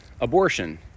abortion